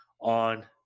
on